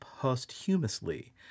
posthumously